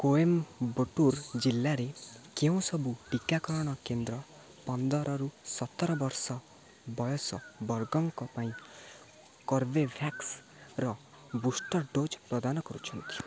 କୋଏମବଟୁର ଜିଲ୍ଲାରେ କେଉଁ ସବୁ ଟିକାକରଣ କେନ୍ଦ୍ର ପନ୍ଦର ରୁ ସତର ବର୍ଷ ବୟସ ବର୍ଗଙ୍କ ପାଇଁ କର୍ବେଭ୍ୟାକ୍ସର ବୁଷ୍ଟର୍ ଡୋଜ୍ ପ୍ରଦାନ କରୁଛନ୍ତି